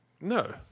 No